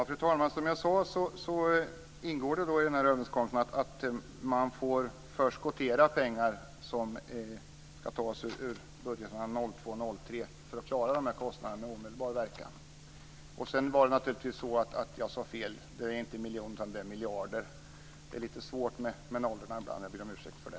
Fru talman! Som jag sade ingår det i överenskommelsen att man får förskottera pengar som ska tas ur budgeten år 2002-2003 för att klara kostnaderna med omedelbar verkan. Sedan sade jag naturligtvis fel. Det är inte miljoner utan miljarder. Det är lite svårt med nollorna ibland, jag ber om ursäkt för det.